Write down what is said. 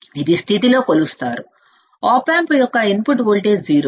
ఇది స్థితిలో కొలుస్తారు op amp యొక్క ఇన్పుట్ వోల్టేజ్ సున్నా